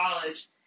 college